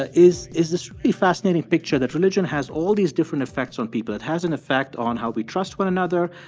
ah is is this really fascinating picture that religion has all these different effects on people. it has an effect on how we trust one another,